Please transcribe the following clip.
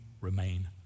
remain